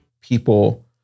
people